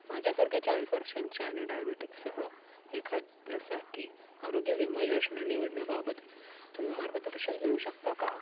माझ्यासारख्या चाळीस वर्षांच्या आणि डायबेटिक्स सह एखाद्यासाठी आरोग्य विमा योजना निवडण्याबाबत तुम्ही मार्गदर्शन देऊ शकता का